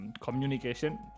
communication